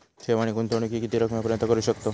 ठेव आणि गुंतवणूकी किती रकमेपर्यंत करू शकतव?